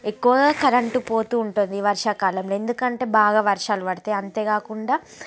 ఎక్కువ కరెంట్ పోతూ ఉంటుంది వర్షాకాలంలో ఎందుకంటే బాగా వర్షాలు పడతాయి అంతేకాకుండా